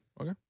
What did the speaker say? Okay